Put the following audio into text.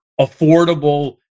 affordable